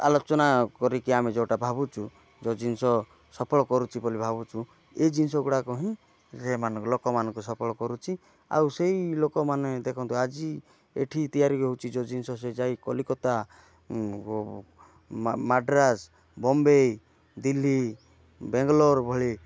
ଆଲୋଚନା କରିକି ଆମେ ଯେଉଁଟା ଭାବୁଛି ଯେଉଁ ଜିନିଷ ସଫଳ କରୁଛି ବୋଲି ଭାବୁଛୁ ଏଇ ଜିନିଷଗୁଡ଼ାକ ହିଁ ଏମାନଙ୍କୁ ଲୋକମାନଙ୍କୁ ସଫଳ କରୁଛି ଆଉ ସେହି ଲୋକମାନେ ଦେଖନ୍ତୁ ଆଜି ଏଠି ତିଆରି ହେଉଛି ଯେଉଁ ଜିନିଷ ସେ ଯାଇ କଲିକତା ମାଡ୍ରାସ୍ ବମ୍ବେ ଦିଲ୍ଲୀ ବାଙ୍ଗଲୋର ଭଳି